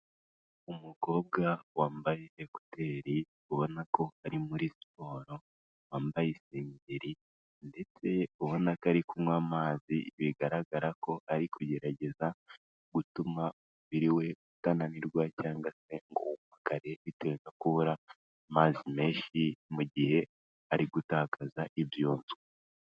Umukobwa wambaye ekuteri ubona ko ari muri siporo wambaye isengeri ndetse ubona ko ari kunywa amazi, bigaragara ko ari kugerageza gutuma umubiri we utananirwa cyangwa se ngo wumagare, bitewe no kubura amazi menshi mu gihe ari gutakaza ibyunzwe.